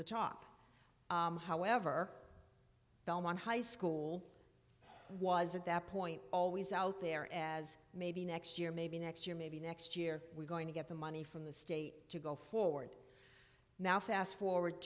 the top however belmont high school was at that point always out there as maybe next year maybe next year maybe next year we're going to get the money from the state to go forward now fast forward